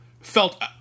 felt